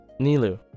Nilu